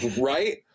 Right